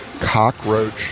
Cockroach